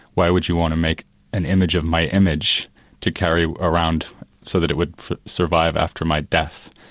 why would you want to make an image of my image to carry around so that it would survive after my death?